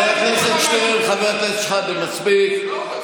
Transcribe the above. תגיד, חבר הכנסת שטרן, חבר הכנסת שחאדה, מספיק.